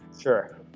sure